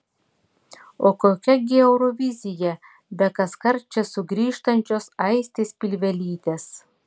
o kokia gi eurovizija be kaskart čia sugrįžtančios aistės pilvelytės